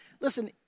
listen